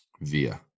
Via